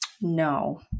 no